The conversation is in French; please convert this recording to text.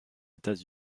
états